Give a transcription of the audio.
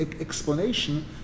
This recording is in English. explanation